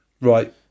Right